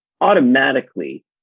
automatically